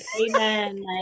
amen